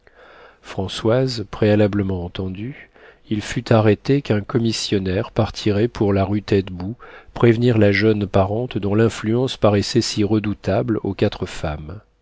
françoise préalablement entendue il fut arrêté qu'un commissionnaire partirait pour la rue taitbout prévenir la jeune parente dont l'influence paraissait si redoutable aux quatre femmes